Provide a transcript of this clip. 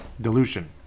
Dilution